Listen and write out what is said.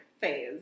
phase